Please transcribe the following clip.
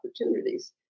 opportunities